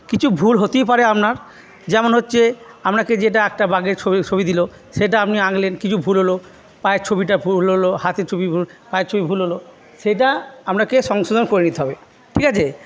কিছু ভুল হতেই পারে আপনার যেমন হচ্ছে আপনাকে যেটা একটা বাঘের ছবি দিল সেটা আপনি আঁকলেন কিছু ভুল হল পায়ের ছবিটা ভুল হল হাতের ছবি ভুল পায়ের ছবি ভুল হল সেটা আপনাকে সংশোধন করে নিতে হবে ঠিক আছে